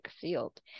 field